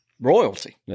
royalty